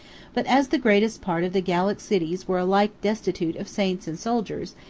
but as the greatest part of the gallic cities were alike destitute of saints and soldiers,